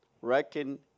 Reckon